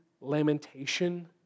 lamentation